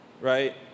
right